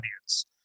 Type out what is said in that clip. audience